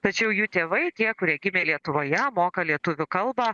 tačiau jų tėvai tie kurie gimė lietuvoje moka lietuvių kalbą